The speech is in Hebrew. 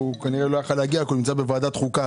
הוא כנראה לא יכול היה להגיע כי נמצא בוועדת חוקה,